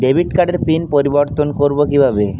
Debit কার্ডের PIN পরিবর্তন করবো কীভাবে?